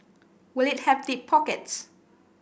will it have deep pockets